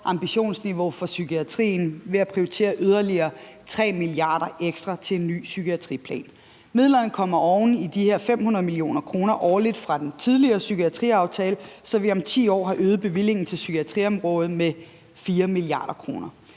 ambitionsniveau for psykiatrien ved at prioritere yderligere 3 mia. kr. ekstra til en ny psykiatriplan. Midlerne kommer oven i de her 500 mio. kr. årligt fra den tidligere psykiatriaftale, så vi om 10 år har øget bevillingen til psykiatriområdet med 4 mia. kr.